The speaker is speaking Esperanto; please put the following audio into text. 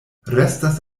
restas